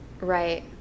right